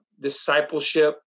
discipleship